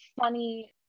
funny